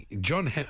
John